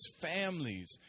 families